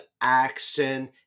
action